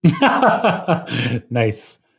Nice